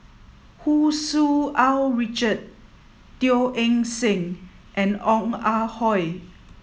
Hu Tsu Tau Richard Teo Eng Seng and Ong Ah Hoi